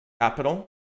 capital